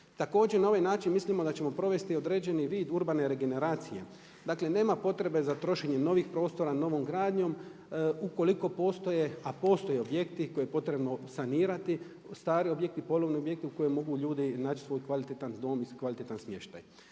Također na ovaj način mislimo da ćemo provesti određeni vid urbane regeneracije, dakle nema potrebe za trošenjem novih prostora novom gradnjom, ukoliko postoje a postoje objekti koje je potrebno sanirati, stari objekti, ponovni objekti u koje mogu ljudi način svoj kvalitetan dom i kvalitetan smještaj.